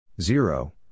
Zero